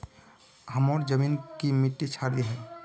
हमार जमीन की मिट्टी क्षारीय है?